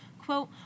Quote